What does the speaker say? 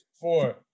Four